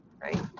right